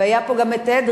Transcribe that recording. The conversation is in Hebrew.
והיה פה גם אדרי,